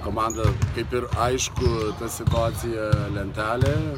komanda kaip ir aišku situacija lentelėje